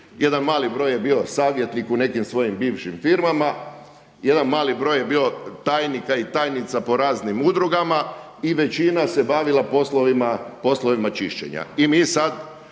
jedan mali broj je bio savjetnik u nekim svojim bivšim firmama, jedan mali broj je bio tajnika i tajnica po raznim udrugama i većina se bavila poslovima čišćenja.